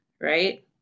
right